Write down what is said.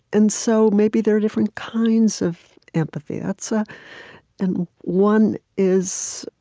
and so maybe there are different kinds of empathy. ah so and one is,